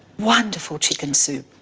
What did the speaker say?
wonderful chicken soup.